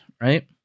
right